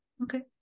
okay